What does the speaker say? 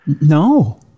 No